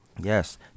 Yes